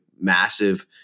massive